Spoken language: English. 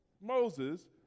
Moses